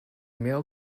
male